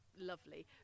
lovely